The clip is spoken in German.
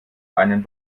einen